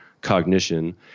cognition